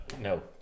no